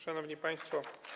Szanowni Państwo!